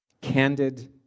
candid